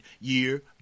year